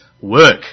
work